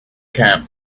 camp